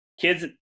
kids